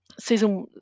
season